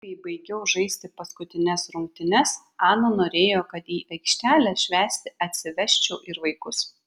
kai baigiau žaisti paskutines rungtynes ana norėjo kad į aikštelę švęsti atsivesčiau ir vaikus